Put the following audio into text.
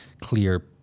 clear